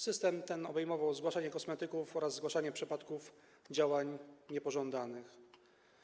System ten obejmował zgłaszanie kosmetyków oraz zgłaszanie przypadków działań niepożądanych.